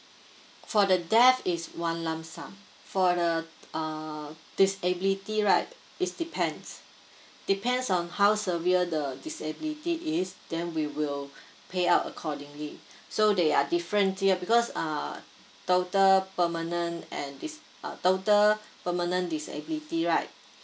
for the death is one lump sum uh for the disability right it's depends depends on how severe the disability is then we will payout accordingly so they are different year because err total permanent and is uh total permanent disability right